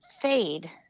fade